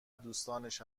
دوستانش